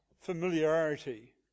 familiarity